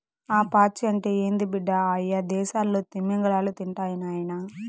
ఆ పాచి అంటే ఏంది బిడ్డ, అయ్యదేసాల్లో తిమింగలాలు తింటాయి నాయనా